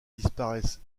disparaissent